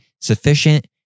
sufficient